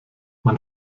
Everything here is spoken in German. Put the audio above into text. man